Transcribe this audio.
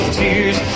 tears